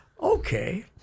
okay